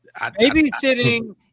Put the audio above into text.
Babysitting